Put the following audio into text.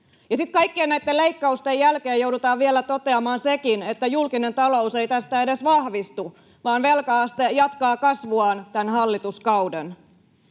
kaikkien näitten leikkausten jälkeen joudutaan vielä toteamaan sekin, että julkinen talous ei tästä edes vahvistu, vaan velka-aste jatkaa kasvuaan tämän hallituskauden